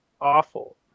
awful